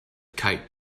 kite